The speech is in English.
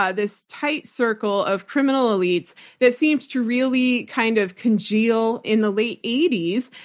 ah this tight circle of criminal elites that seems to really kind of congeal in the late eighty s.